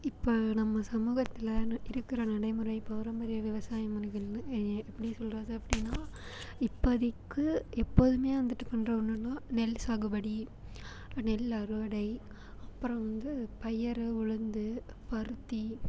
இப்போ நம்ம சமூகத்தில் இருக்கிற நடைமுறை பாரம்பரிய விவசாய முறைகள் வந்து எ எப்படி சொல்கிறது அப்படின்னா இப்போதிக்கு எப்போதுமே வந்துட்டு பண்ணுற ஒன்னுன்னால் நெல் சாகுபடி நெல் அறுவடை அப்புறம் வந்து பயிறு உளுந்து பருத்தி